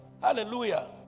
Hallelujah